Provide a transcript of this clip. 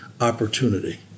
opportunity